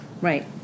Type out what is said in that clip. right